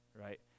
right